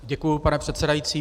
Děkuji, pane předsedající.